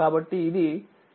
6 ampere అవుతుంది